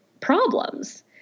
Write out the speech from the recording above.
problems